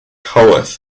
haworth